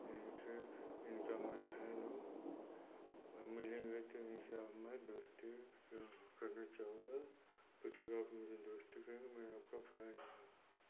इनके इनका मैं फैन हूँ अब मेरे मित्र उनसे अब मैं दोस्ती करना चाहूँगा कुछ मतलब अपनी दोस्ती करो मैं आपका फैन रहा हूँ